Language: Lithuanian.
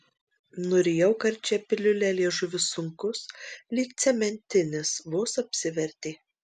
nurijau karčią piliulę liežuvis sunkus lyg cementinis vos apsivertė